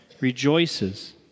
rejoices